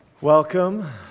Welcome